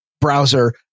browser